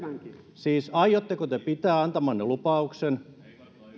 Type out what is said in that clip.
siis aiotteko te pitää antamanne lupauksen